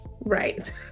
right